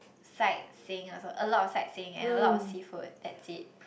sightseeing also a lot of sightseeing and a lot of seafood that's it